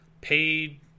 paid